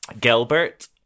Gilbert